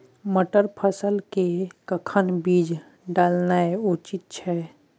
मटर फसल के कखन बीज डालनाय उचित छै?